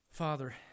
Father